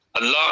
Allah